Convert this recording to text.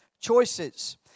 choices